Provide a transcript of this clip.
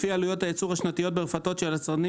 לפי עלויות הייצור השנתיות ברפתות של יצרנים